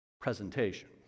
presentation